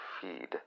feed